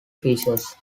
fishes